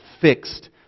fixed